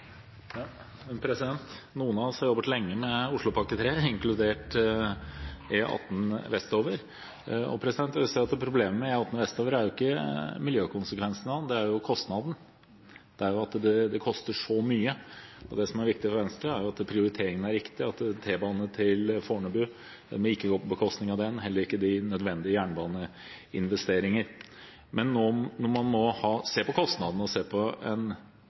Noen av oss har jobbet lenge med Oslopakke 3, inkludert E18 vestover. Jeg vil si at problemet vestover er ikke miljøkonsekvensene. Det er kostnadene – det at det koster så mye. Det som er viktig for Venstre, er at prioriteringene er riktige. Det må ikke gå på bekostning av T-bane til Fornebu og heller ikke de nødvendige jernbaneinvesteringene, men man må se på kostnadene og på mulige endringer for å få dem ned. Det er viktig at miljøtiltakene, dvs. det som handler om sykkelveier, kollektivfelt, ikke er det det kuttes ned på.